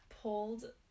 pulled